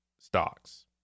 stocks